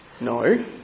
No